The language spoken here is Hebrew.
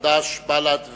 חד"ש ובל"ד,